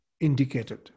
indicated